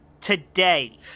Today